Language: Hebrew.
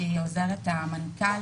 שהיא עוזרת המנכ"ל,